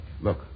Look